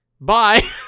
bye